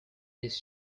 his